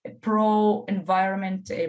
pro-environment